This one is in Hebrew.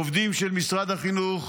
עובדים של משרד החינוך,